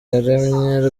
yaremye